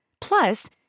Plus